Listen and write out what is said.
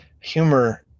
Humor